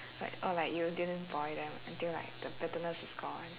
like or like you didn't boil them until like the bitterness is gone